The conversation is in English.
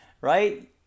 right